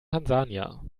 tansania